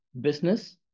business